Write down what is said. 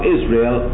Israel